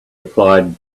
applied